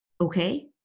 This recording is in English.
Okay